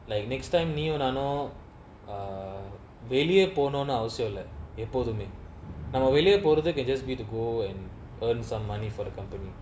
like next time நீயு நானு:neeyu naanu err வெளிய போனுன்னு அவசியோ இல்ல எப்போதுமே நாம வெளிய போரதுக்கு:veliya ponunu avasiyo illa eppothume naama veliya porathuku can just be to go and earn some money for the company